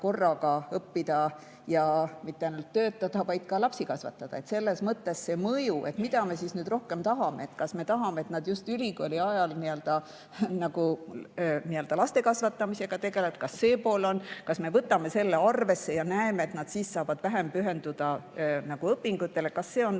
korraga õppida ja mitte ainult töötada, vaid ka lapsi kasvatada. Selles mõttes see mõju, mida me nüüd tahame – kas me tahame, et nad just ülikooli ajal laste kasvatamisega tegelevad? Kas see pool on tähtis? Kas me võtame selle arvesse ja näeme, et nad siis saavad vähem pühenduda õpingutele? Kas see on